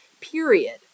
period